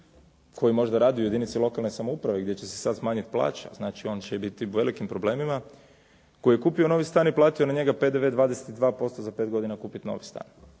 koji je možda radio u jedinici lokalne samouprave i gdje će se sad smanjit plaća, znači on će biti u velikim problemima koji je kupio novi stan i platio na njega PDV 22% za 5 godina kupit novi stan